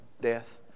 Death